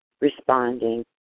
responding